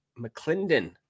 McClendon